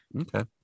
okay